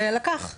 לקח והלך.